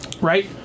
Right